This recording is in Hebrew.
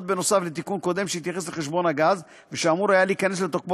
נוסף על תיקון קודם שהתייחס לחשבון הגז ושאמור היה להיכנס לתוקפו